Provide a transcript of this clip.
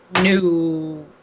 New